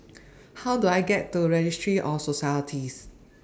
How Do I get to Registry of Societies